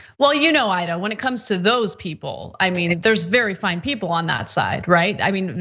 well, you know aida, when it comes to those people, i mean, there's very fine people on that side, right? i mean,